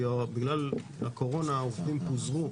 כי בגלל הקורונה הם פוזרו.